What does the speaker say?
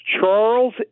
Charles